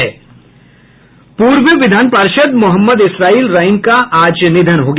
पूर्व विधान पार्षद मोहम्मद इसरायल राइन का आज निधन हो गया